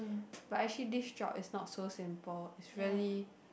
but actually this job is not so simple it's really